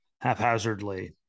haphazardly